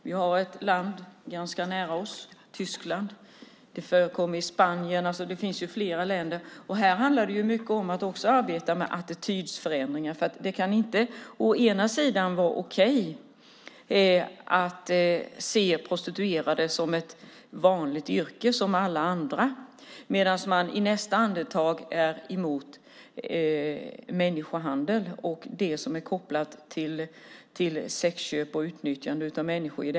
Det finns ett land nära oss, nämligen Tyskland. Det förekommer i Spanien. Det finns flera länder. Här handlar det om att arbeta med attitydförändringar. Det kan inte å ena sidan vara okej att se prostitution som ett vanligt yrke, som alla andra yrken, medan å andra sidan i nästa andetag vara emot människohandel och det som är kopplat till sexköp och utnyttjande av människor.